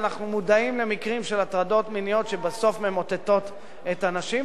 אנחנו מודעים למקרים של הטרדות מיניות שבסוף ממוטטות את הנשים,